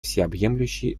всеобъемлющей